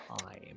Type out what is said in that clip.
time